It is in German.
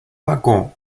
waggon